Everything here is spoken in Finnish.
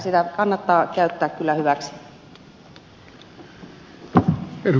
sitä kannattaa käyttää kyllä hyväksi